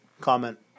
Comment